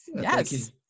Yes